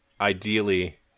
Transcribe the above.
Ideally